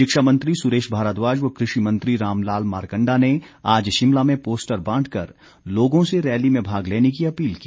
शिक्षा मंत्री सुरेश भारद्वाज व कृषि मंत्री रामलाल मारकंडा ने आज शिमला में पोस्टर बांट कर लोगों से रैली में भाग लेने की अपील की